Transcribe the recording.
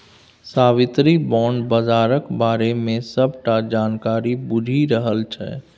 साबित्री bond बजारक बारे मे सबटा जानकारी बुझि रहल छै